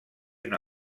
una